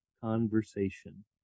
conversation